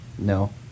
No